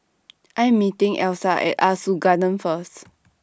I Am meeting Elsa At Ah Soo Garden First